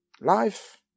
Life